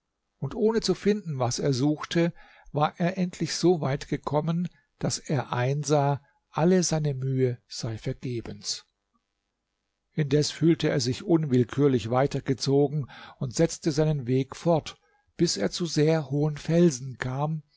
und ohne zu finden was er suchte war er endlich so weit gekommen daß er einsah alle seine mühe sei vergebens indes fühlte er sich unwillkürlich weitergezogen und setzte seinen weg fort bis er zu sehr hohen felsen kam